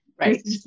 right